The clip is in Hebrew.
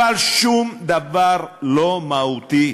אבל שום דבר לא מהותי.